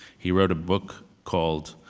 he wrote a book called,